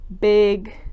big